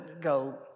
go